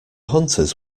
hunters